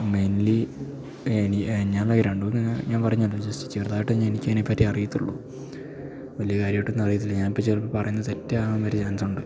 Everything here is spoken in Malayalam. മേയ്ൻലി എനിക്ക് ഞാൻ രണ്ട് മൂന്ന് പറഞ്ഞല്ലോ ജെസ്റ്റ് ചെറുതായിട്ടൊന്ന് എനിക്കയ്നേപ്പറ്റി അറിയാത്തൊള്ളു വലിയ കാര്യായിട്ടൊന്നുവറിയത്തില്ല ഞാൻ ഇപ്പം ചിലപ്പം പറയുന്നത് തെറ്റാകാൻ വരെ ചാൻസൊണ്ട്